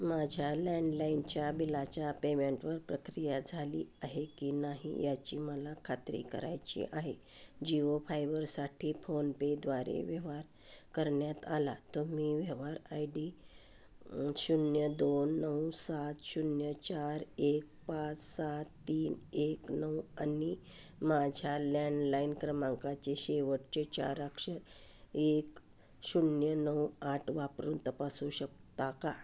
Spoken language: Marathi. माझ्या लँडलाईनच्या बिलाच्या पेमेंटवर प्रक्रिया झाली आहे की नाही याची मला खात्री करायची आहे जिओ फायबरसाठी फोनपेद्वारे व्यवहार करण्यात आला तुम्ही व्यवहार आय डी शून्य दोन नऊ सात शून्य चार एक पाच सात तीन एक नऊ आणि माझ्या लँडलाईन क्रमांकाचे शेवटचे चार अक्षर एक शून्य नऊ आठ वापरून तपासू शकता का